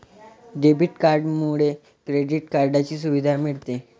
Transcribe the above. debit कार्डमुळे credit कार्डची सुविधा मिळते